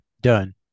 done